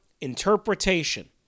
interpretation